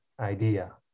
idea